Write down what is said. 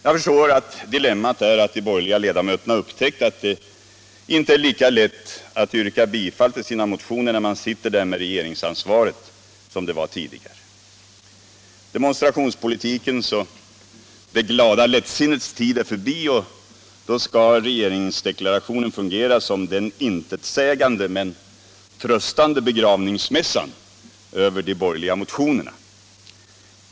Jag förstår att dilemmat är att de borgerliga ledamöterna upptäckt att det inte är lika lätt att yrka bifall till sina motioner när man sitter där med regeringsansvaret, som det var tidigare. Demonstrationspolitikens och det glada lättsinnets tid är förbi, och då skall regeringsdeklarationen fungera som den intetsägande men tröstande begravningsmässan över de borgerliga motionerna.